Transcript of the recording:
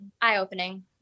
eye-opening